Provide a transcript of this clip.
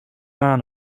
man